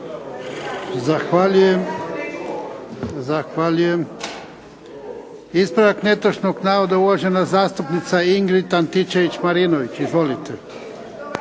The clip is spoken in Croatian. Zahvaljujem. Ispravak netočnog navoda, uvažena zastupnica Ingrid Antičević-Marinović. Izvolite.